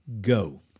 go